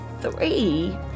three